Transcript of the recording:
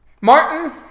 Martin